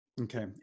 Okay